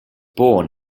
born